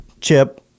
Chip